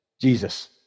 Jesus